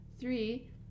Three